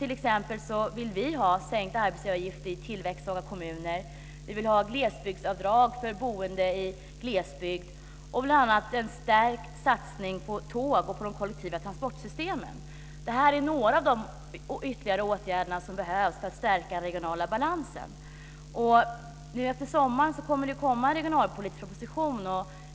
T.ex. vill vi ha sänkt arbetsgivaravgift i tillväxtsvaga kommuner. Vi vill ha glesbygdsavdrag för boende i glesbygd och en stärkt satsning på tåg och på de kollektiva transportsystemen. Det är några av de ytterligare åtgärder som behövs för att stärka den regionala balansen. Efter sommaren kommer det att komma en regionalpolitisk proposition.